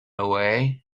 away